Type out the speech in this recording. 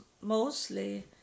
mostly